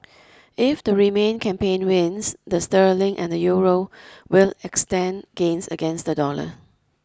if the remain campaign wins the sterling and Euro will extend gains against the dollar